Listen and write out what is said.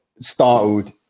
startled